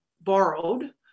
borrowed